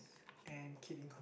and keep in con~